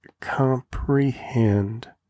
comprehend